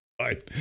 right